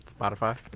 Spotify